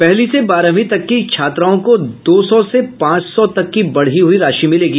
पहली से बारहवीं तक की छात्राओं को दो सौ से पांच सौ तक की बढ़ी हुई राशि मिलेगी